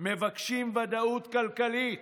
מבקשים ודאות כלכלית,